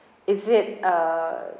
is it uh